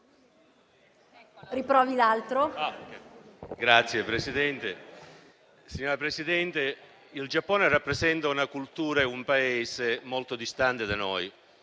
il Giappone rappresenta una cultura e un Paese molto distanti da noi,